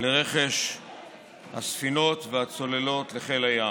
לרכש הספינות והצוללות לחיל הים.